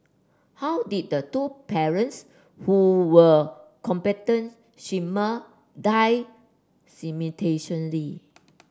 how did the two parents who were competent swimmer die